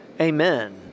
Amen